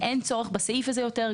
אין צורך בסעיף הזה יותר,